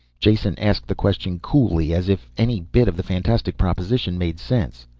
jason asked the question coolly, as if any bit of the fantastic proposition made sense.